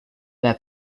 their